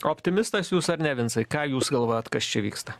optimistas jūs ar ne vincai ką jūs galvojat kas čia vyksta